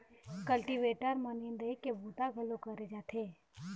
cultivator म निंदई के बूता घलोक करे जाथे